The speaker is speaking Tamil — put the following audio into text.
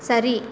சரி